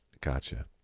gotcha